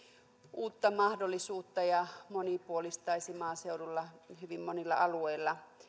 uutta mahdollisuutta ja monipuolistaisi maaseudulla hyvin monilla alueilla